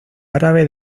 árabe